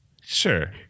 Sure